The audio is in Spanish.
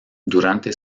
durante